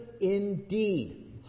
indeed